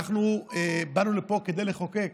אנחנו באנו לפה כדי לחוקק,